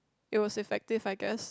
it was effective I guess